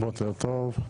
בוקר אור.